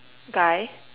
guy